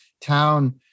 town